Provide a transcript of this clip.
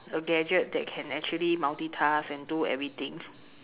a gadget that can actually multitask and do everything